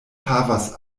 havas